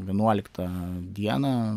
vienuoliktą dieną